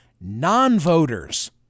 non-voters